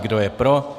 Kdo je pro?